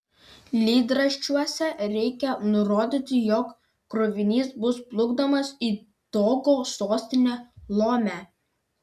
lydraščiuose reikią nurodyti jog krovinys bus plukdomas į togo sostinę lomę